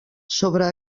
sobre